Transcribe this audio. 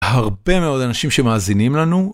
הרבה מאוד אנשים שמאזינים לנו..